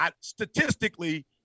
statistically